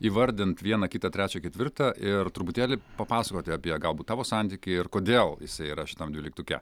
įvardint vieną kitą trečią ketvirtą ir truputėlį papasakoti apie galbūt tavo santykį ir kodėl jisai yra šitam dvyliktuke